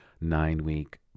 nine-week